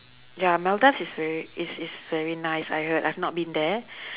ya maldives is very is is very nice I heard I've not been there